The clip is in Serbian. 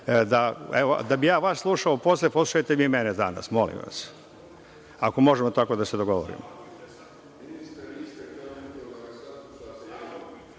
Da bih ja vas slušao posle, poslušajte vi mene danas, molim vas, ako možemo tako da se dogovorimo.(Vojislav